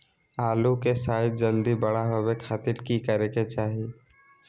आलू के साइज जल्दी बड़ा होबे खातिर की करे के चाही?